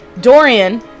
Dorian